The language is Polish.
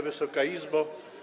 Wysoka Izbo!